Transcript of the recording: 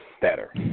better